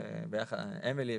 אמילי,